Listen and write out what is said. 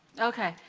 okay,